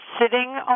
sitting